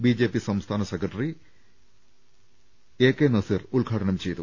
B JP സംസ്ഥാന secretary A K Naseer ഉദ്ഘാടനം ചെയ്തു